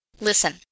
Listen